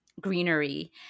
greenery